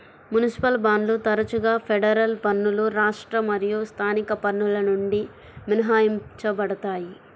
municipal బాండ్లు తరచుగా federal పన్నులు రాష్ట్ర మరియు స్థానిక పన్నుల నుండి మినహాయించబడతాయి